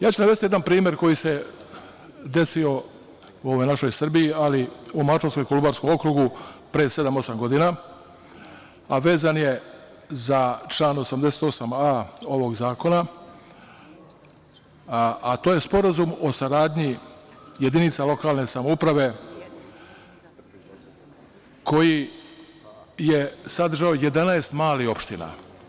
Ja ću navesti jedan primer koji se desio u našoj Srbiji, u Mačvanskom i Kolubarskom okrugu pre sedam, osam godina, a vezan je za član 88a ovog zakona, a to je Sporazum o saradnji jedinica lokalne samouprave koji je sadržao 11 malih opština.